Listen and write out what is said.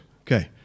Okay